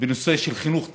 בנושא של חינוך תעבורתי.